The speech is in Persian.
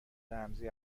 رمزی